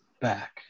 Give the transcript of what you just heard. back